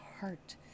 heart